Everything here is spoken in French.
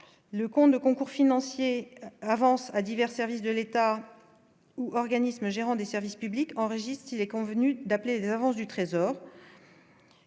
le comte de concours financiers avance à divers services de l'État, organisme gérant des services publics enregistre il est convenu d'appeler France du Trésor